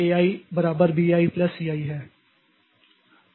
ai बराबर bi plus ci है